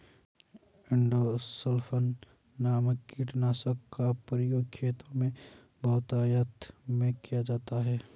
endosulfan नामक कीटनाशक का प्रयोग खेतों में बहुतायत में किया जाता है